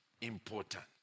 important